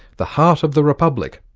the heart of the republic,